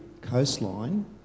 coastline